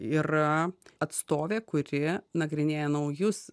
yra atstovė kuri nagrinėja naujus